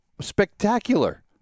spectacular